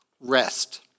rest